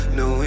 no